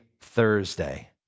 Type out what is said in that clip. Thursday